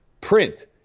print